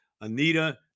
Anita